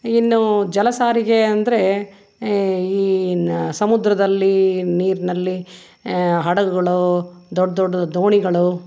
ಇನ್ನು ಜಲ ಸಾರಿಗೆ ಅಂದರೆ ಈ ನ ಸಮುದ್ರದಲ್ಲಿ ನೀರಿನಲ್ಲಿ ಹಡಗುಗಳೂ ದೊಡ್ಡ ದೊಡ್ಡ ದೋಣಿಗಳು